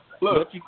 Look